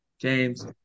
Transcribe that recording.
James